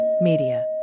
Media